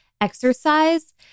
exercise